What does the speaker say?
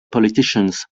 politicians